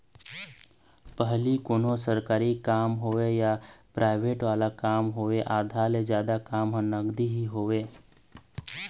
पहिली कोनों सरकारी काम होवय या पराइवेंट वाले काम होवय आधा ले जादा काम ह नगदी ही होवय